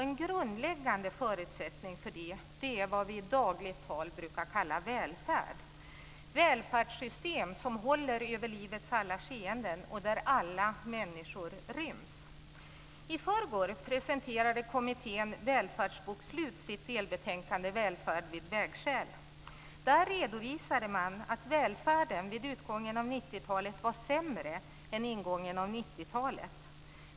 En grundläggande förutsättning är vad vi i dagligt tal brukar kalla välfärd: välfärdssystem som håller över livets alla skeenden och där alla människor ryms. I förrgår presenterade kommittén Välfärdsbokslut sitt delbetänkande Välfärd vid vägskäl. Där redovisade man att välfärden vid utgången av 90-talet var sämre än vid ingången av 90-talet.